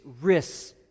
risks